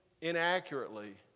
inaccurately